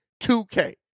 2K